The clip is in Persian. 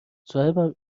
صاحبم